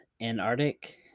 Antarctic